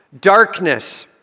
darkness